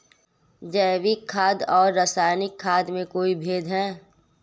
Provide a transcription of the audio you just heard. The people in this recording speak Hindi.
जैविक खाद और रासायनिक खाद में कोई भेद है?